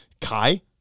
Kai